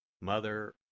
Mother